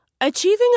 Achieving